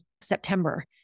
September